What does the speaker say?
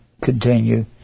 continue